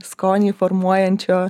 skonį formuojančio